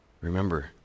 Remember